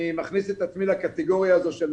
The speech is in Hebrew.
אני מכניס את עצמי לקטגוריה הזאת של